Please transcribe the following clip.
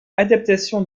adaptation